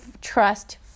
trust